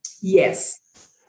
Yes